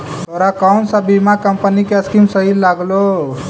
तोरा कौन सा बीमा कंपनी की स्कीम सही लागलो